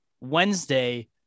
Wednesday